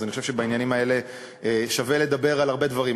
אז אני חושב שבעניינים האלה שווה לדבר על הרבה דברים.